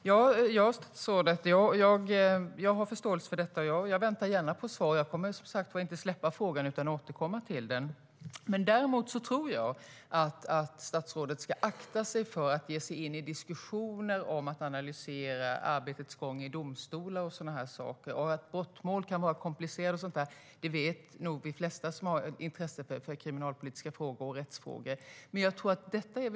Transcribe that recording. Herr talman! Jag har förståelse för detta, och jag väntar gärna på svar. Jag kommer inte att släppa frågan utan återkomma till den. Däremot tror jag att statsrådet ska akta sig för att ge sig in i diskussioner om att analysera arbetets gång i domstolar. De flesta som har intresse för kriminalpolitiska frågor och rättsfrågor vet att brottmål kan vara komplicerade.